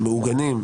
שמעוגנים,